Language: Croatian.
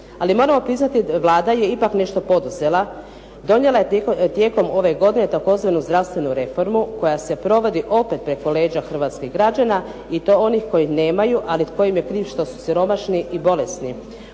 Ali moram vam priznati, Vlada je ipak nešto poduzela, donijela je tijekom ove godine tzv. zdravstvenu reformu koja se provodi opet preko leđa hrvatskih građana i to onih koji nemaju, ali tko im je kriv što su siromašni i bolesni.